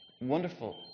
wonderful